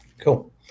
Cool